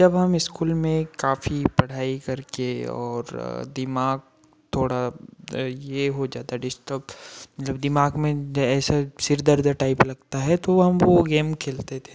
जब हम स्कूल में काफी पढ़ाई करके और दिमाग थोड़ा ये हो जाता डिस्टर्ब जब दिमाग में ऐसे सिर दर्द टाइप लगता है तो हम वो गेम खेलते थे